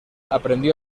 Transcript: aprendió